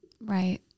Right